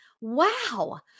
wow